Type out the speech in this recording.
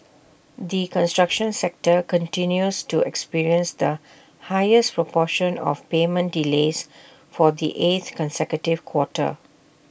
the construction sector continues to experience the highest proportion of payment delays for the eighth consecutive quarter